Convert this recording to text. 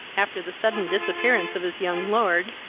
after the sudden disappearance of his young lord,